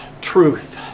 truth